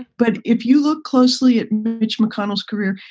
but if you look closely at mitch mcconnell's career,